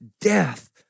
death